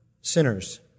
sinners